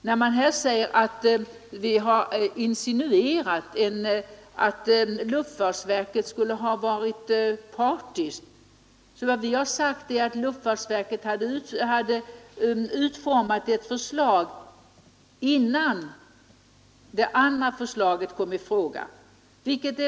Sedan har det sagts att vi har insinuerat att luftfartsverket varit partiskt, men vad vi har sagt är att luftfartsverket hade utformat ett förslag innan det andra förslaget lades fram.